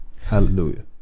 hallelujah